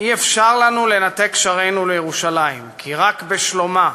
אי-אפשר לנו לנתק קשרינו לירושלים, כי רק בשלומה,